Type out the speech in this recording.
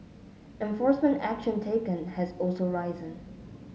enforcement action taken has also risen